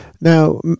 Now